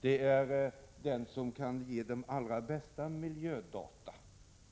Biobränslet är miljömässigt allra bäst.